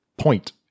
point